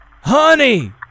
honey